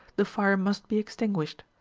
the fire must be extinguished.